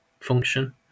function